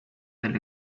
del